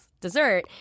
dessert